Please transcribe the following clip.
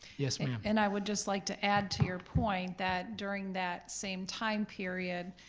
yes, ma'am. and i would just like to add to your point that during that same time period,